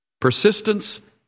Persistence